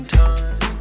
time